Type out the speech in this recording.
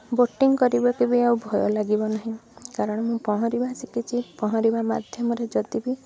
boating କରିବାକୁ ବି ଆଉ ଭୟ ଲାଗିବ ନାହିଁ କାରଣ ମୁଁ ପହଁରିବା ଶିଖିଛି ପହଁରିବା ମାଧ୍ୟମରେ ଯଦି ବି